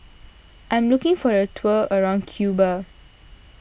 I am looking for a tour around Cuba